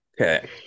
Okay